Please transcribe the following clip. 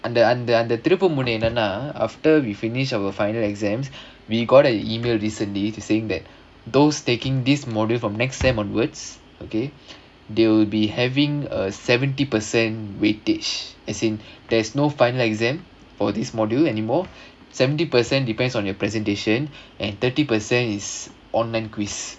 அந்த அந்த அந்த திருப்புமுனை என்னனா:andha andha andha thiruppumunai ennanaa after we finish our final exams we got a email recently saying that those taking this module from next semester onwards okay they'll be having a seventy percent weightage as in there is no final exam for this module anymore seventy percent depends on your presentation and thirty percent is online quiz